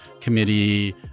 Committee